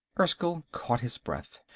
erskyll caught his breath.